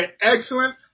Excellent